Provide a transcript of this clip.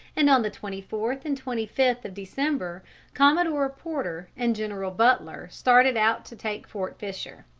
and on the twenty fourth and twenty fifth of december commodore porter and general butler started out to take fort fisher.